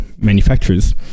manufacturers